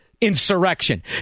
Insurrection